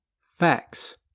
facts